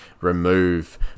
remove